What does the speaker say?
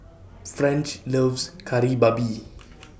French loves Kari Babi